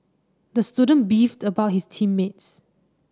the student beefed about his team mates